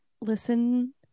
listen